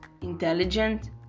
intelligent